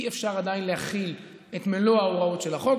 עדיין אי-אפשר להחיל את מלוא ההוראות של החוק.